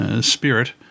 spirit